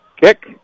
kick